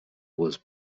was